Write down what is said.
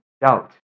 doubt